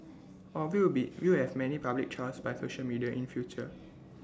or we will be we will have many public trials by social media in future